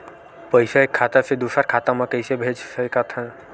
पईसा एक खाता से दुसर खाता मा कइसे कैसे भेज सकथव?